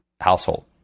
household